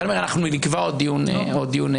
חבר'ה, אנחנו נקבע עוד דיון מעקב.